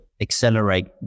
accelerate